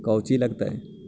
कौची लगतय?